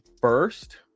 first